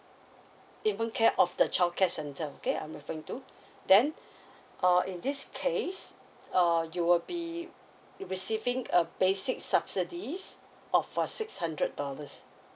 infant care of the childcare centre okay I'm referring to then uh in this case uh you will be receiving a basic subsidy of uh six hundred dollars